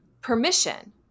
permission